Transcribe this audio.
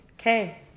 Okay